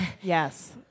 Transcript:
Yes